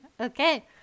Okay